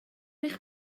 eich